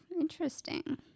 interesting